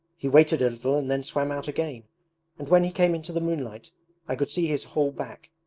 he waited a little and then swam out again and when he came into the moonlight i could see his whole back.